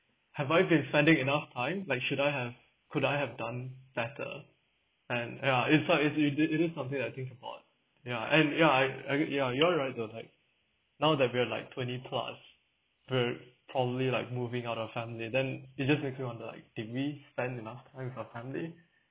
have I been spending time like should I have could I have done better and ya is not if you did any something I think about ya and ya I I get ya you all really don't like now that we are like twenty plus we're probably like moving out of family then it just makes you wonder like did we spend enough time with our family